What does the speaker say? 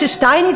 כששטייניץ,